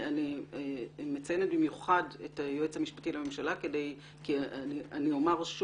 אני מציינת במיוחד את היועץ המשפטי לממשלה כי אני אומרת,